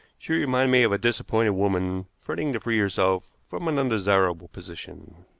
she reminded me of a disappointed woman fretting to free herself from an undesirable position.